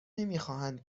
نمیخواهند